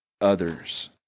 others